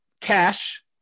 Cash